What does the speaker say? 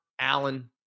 Allen